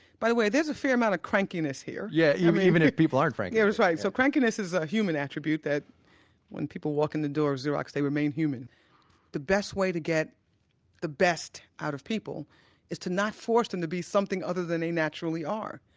by the way, there is a fair amount of crankiness here yeah yeah, even if people aren't frank yeah, that's right. so crankiness is a human attribute that when people walk in the door of xerox, they remain the best way to get the best out of people is to not force them to be something other than they naturally are.